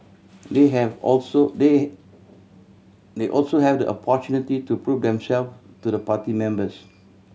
they have also they they also have the opportunity to prove themself to the party members